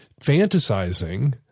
fantasizing